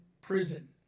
prison